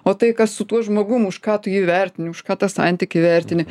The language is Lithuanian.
o tai kas su tuo žmogum už ką tu jį vertini už ką tą santykį vertini